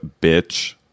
bitch